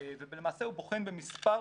ולמעשה הוא בוחן במספר